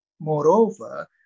Moreover